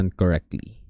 correctly